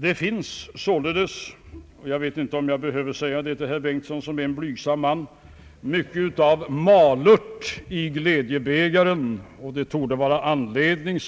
Det finns således — jag vet inte om jag behöver säga det till herr Bengtson, som är en blygsam man — mycket av malört i glädjebägaren, och det torde följaktligen vara anledning